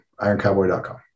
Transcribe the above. IronCowboy.com